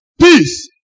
peace